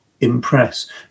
Impress